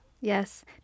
Yes